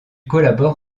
collabore